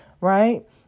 Right